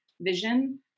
vision